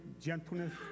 gentleness